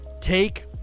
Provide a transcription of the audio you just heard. take